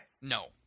No